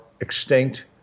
extinct